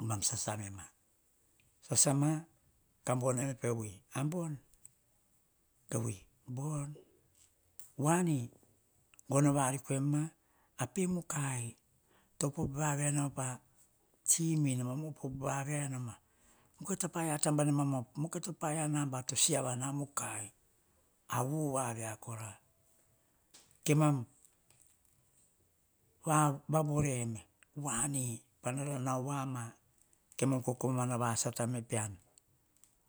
Nemam sasa memai sasama, ka banem pe vui, "bon" ke vui "ban", voani bano variko emma a pe mukai, opop vavia e noma pa tsime. Nema opop vavia e noma. Mukai taba nema op, mukai ta paia naba to siavana, mukai, a vuvavia kora. Kemam vavore eme, voani, pamara nao voa ma, kemam kokomana vasata eme pean.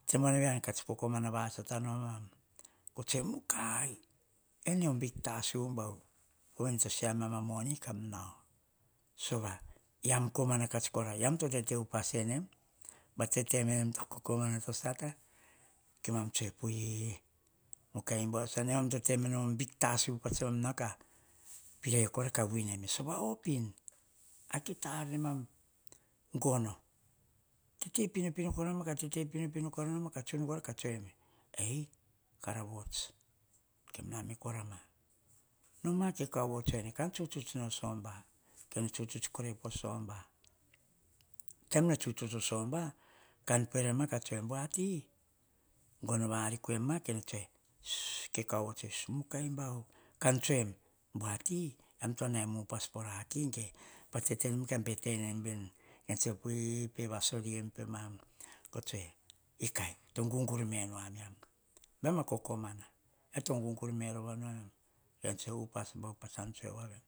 Tsoe, ba na vean, to kokomana vasata nom amam mukai, ene o bik tasu bauvu. Povena ne to e amiam pa moni kam nao. Sava, ean komana kora, ean to tete upas e nem? Pats te nem to kokoma von to sata. Kemam, tose, pue mukai bauvu san, emam to tenoma o bik tasu, pa tse mam nao ka pirai kora ka vuinem, sova opin, akita ar nemam gono. Tete pinopino kora noma, tete pinopino kora noma, ka tsun kora ka tose eme, ei kara vuts, kemam na me kora ma. Noma ke kaovo tsose ene, kan tsutsuts nao o soba. Kene tsutsuts korai po soba, taim tsene tsutsuts o soba, kan pere ma ka tsoe, bua ti, gono variko emma, ke kaovo tsoe en, si mukai bauvu, kan tsoe em, buati, ean to naim upas po raki ge? Pat tenem ka bete nem veni, ken ne tsoe, pe vasori em pemam. Ko tsoe, mukai, to gugur menu a miam. Baim a kokomana, ene to guguru menu amiam. Kene tsoe upas bauvu, pat tsan tsoe voa veni.